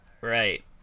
Right